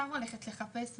הלכתי לחפש משהו.